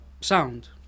sound